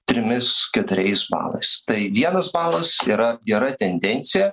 trimis keturiais balais tai vienas balas yra gera tendencija